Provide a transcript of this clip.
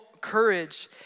courage